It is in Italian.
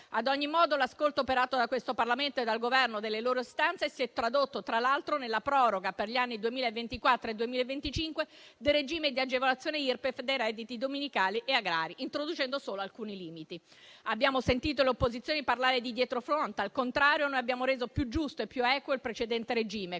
Ad ogni modo, l'ascolto operato da questo Parlamento e dal Governo delle istanze del settore agricolo si è tradotto, tra l'altro, nella proroga, per gli anni 2024 e 2025, del regime di agevolazione Irpef dei redditi dominicali e agrari, introducendo solo alcuni limiti. Abbiamo sentito le opposizioni parlare di *dietrofront*. Al contrario, noi abbiamo reso più giusto e più equo il precedente regime,